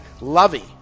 Lovey